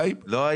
בוקר טוב לכולם,